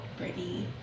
Britney